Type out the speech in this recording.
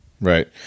right